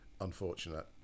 Unfortunate